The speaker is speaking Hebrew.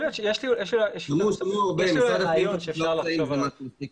יש לי רעיון שאפשר לחשוב על זה.